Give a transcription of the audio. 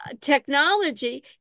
technology